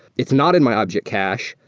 it's not in my object cache.